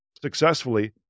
successfully